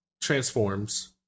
transforms